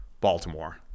Baltimore